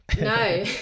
No